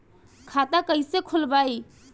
खाता कईसे खोलबाइ?